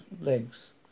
legs